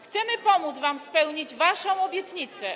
Chcemy pomóc wam spełnić waszą obietnicę.